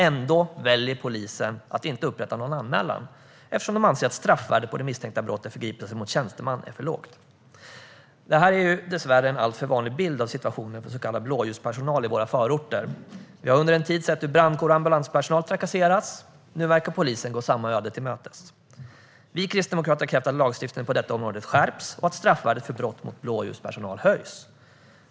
Ändå väljer polisen att inte upprätta någon anmälan eftersom man anser att straffvärdet på det misstänkta brottet förgripelse mot tjänsteman är för lågt. Detta är dessvärre en alltför vanlig bild av situationen för så kallad blåljuspersonal i våra förorter. Vi har under en tid sett hur brandkår och ambulanspersonal trakasseras. Nu verkar polisen gå samma öde till mötes. Vi kristdemokrater har krävt att lagstiftningen på detta område skärps och att straffvärdet för brott mot blåljuspersonal höjs.